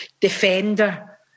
Defender